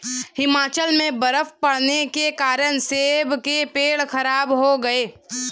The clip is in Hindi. हिमाचल में बर्फ़ पड़ने के कारण सेब के पेड़ खराब हो गए